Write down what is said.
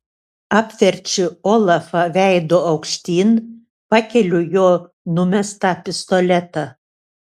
apverčiu olafą veidu aukštyn pakeliu jo numestą pistoletą